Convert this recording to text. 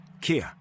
Kia